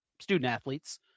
student-athletes